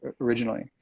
originally